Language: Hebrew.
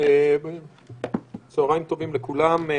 צוהריים טובים לכולם.